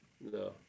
no